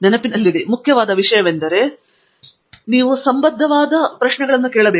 ನೆನಪಿನಲ್ಲಿಡಿ ಮುಖ್ಯವಾದ ವಿಷಯವೆಂದರೆ ನೀವು ಸಂಬದ್ಧವಾದ ಪ್ರಶ್ನೆಗಳನ್ನು ಕೇಳುವುದು